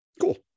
Cool